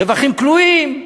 רווחים כלואים.